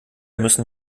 müssen